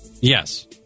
Yes